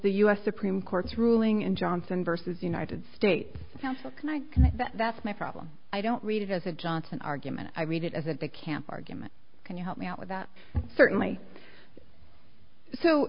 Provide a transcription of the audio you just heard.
the u s supreme court's ruling in johnson versus united states and i guess that's my problem i don't read it as a johnson argument i read it as at the camp argument can you help me out with that certainly so